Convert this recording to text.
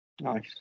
nice